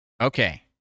Okay